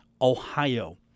Ohio